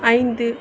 ஐந்து